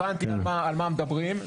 הבנתי על מה מדברים.